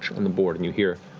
on the board, and you hear,